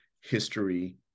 history